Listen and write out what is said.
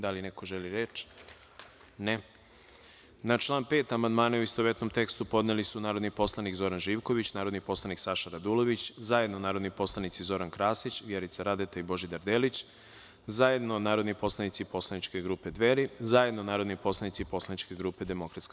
Da li neko želi reč? (Ne.) Na član 5. amandmane, u istovetnom tekstu, podneli su narodni poslanik Zoran Živković, narodni poslanik Saša Radulović, zajedno narodni poslanici Zoran Krasić, Vjerica Radeta i Božidar Delić, zajedno narodni poslanici Poslaničke grupe Dveri i zajedno narodni poslanici Poslaničke grupe DS.